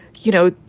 you know,